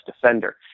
defender